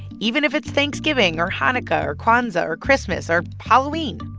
even if it's thanksgiving or hanukkah or kwanzaa or christmas or halloween.